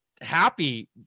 happy